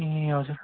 ए हजुर